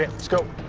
yeah let's go.